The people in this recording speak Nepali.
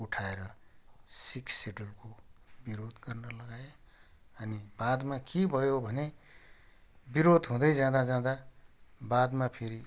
उठाएर सिक्स सेड्युलको बिरोध गर्न लगाए अनि बादमा के भयो भने बिरोध हुँदै जाँदा जाँदा बादमा फेरि